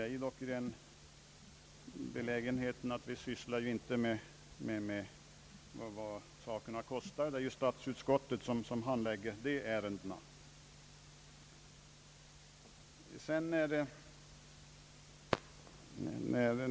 Första lagutskottet sysslar ju icke med vad sådana ting kostar — det är statsutskottet som handlägger sådana ärenden.